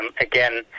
Again